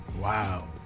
Wow